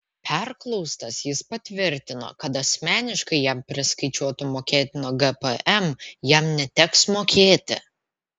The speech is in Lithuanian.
perklaustas jis patvirtino kad asmeniškai jam priskaičiuotų mokėtino gpm jam neteks mokėti